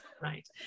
right